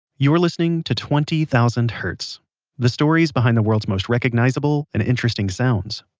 you're listening to twenty thousand hertz the stories behind the world's most recognizable and interesting sounds.